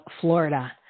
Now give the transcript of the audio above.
Florida